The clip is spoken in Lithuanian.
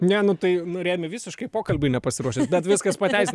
ne nu tai nu remi visiškai pokalbiui nepasiruošęs bet viskas pateisina